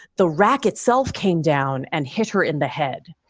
the rack itself came down and hit her in the head.